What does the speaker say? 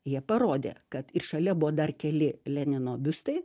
jie parodė kad ir šalia buvo dar keli lenino biustai